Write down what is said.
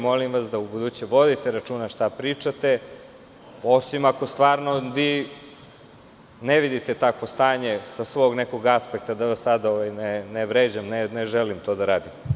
Molim vas da u buduće vodite računa šta pričate, osim ako stvarno vi ne vidite takvo stanje sa svog nekog aspekta, da vas sada ne vređam, ne želim to da radim.